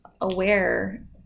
aware